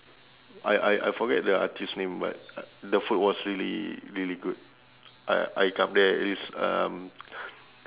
I I I forget the artiste name but the food was really really good I I come there at least um